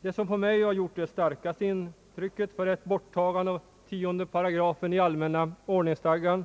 Det som på mig har gjort det starkaste intrycket för ett borttagande av 10 § allmänna ordningsstadgan